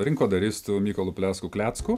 rinkodaristu mykolu plesku klecku